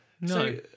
no